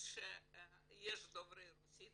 דוברי רוסית